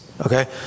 okay